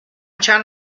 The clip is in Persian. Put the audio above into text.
چند